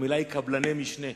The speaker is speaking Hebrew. המלה היא: קבלני משנה.